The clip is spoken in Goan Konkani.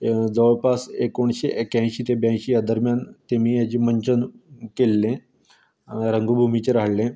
जवळपास एकोणशे एक्यायशीं ते ब्यांयशी ह्या दरम्यान तेमी हेजें मंचन केल्लें रंगभुमीचेर हाडलें